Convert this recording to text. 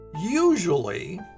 Usually